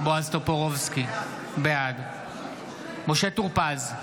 בועז טופורובסקי, בעד משה טור פז,